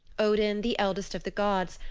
odin, the eldest of the gods,